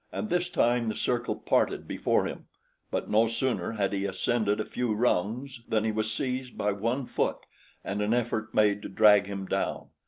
and this time the circle parted before him but no sooner had he ascended a few rungs than he was seized by one foot and an effort made to drag him down.